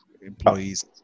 employees